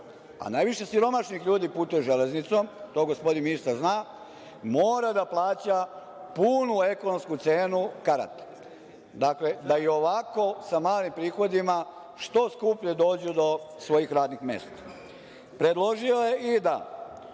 a najviše siromašni ljudi putuju železnicom, to gospodin ministar zna, mora da plaća punu ekonomsku cenu karata. Dakle, da i ovako sa malim prihodima što skuplje dođu do svojih radnih mesta. Predložio je da